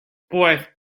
pues